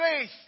faith